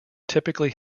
typically